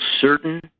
certain